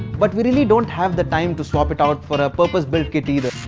but we really don't have the time to swap it out for a purpose-built kit either.